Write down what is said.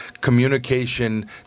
communication